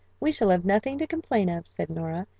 we shall have nothing to complain of, said nora,